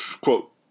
Quote